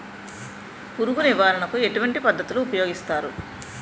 పురుగు నివారణ కు ఎటువంటి పద్ధతులు ఊపయోగిస్తారు?